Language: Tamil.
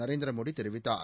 நரேந்திர மோடி தெரிவித்தார்